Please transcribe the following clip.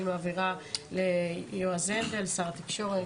אני מעבירה ליועז הנדל, שר התקשורת.